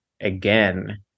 again